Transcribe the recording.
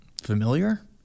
familiar